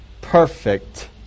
perfect